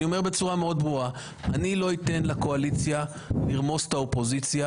אני אומר בצורה מאוד ברורה שאני לא אתן לקואליציה לרמוס את האופוזיציה